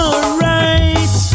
Alright